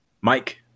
Mike